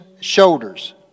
shoulders